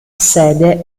sede